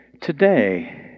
Today